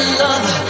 love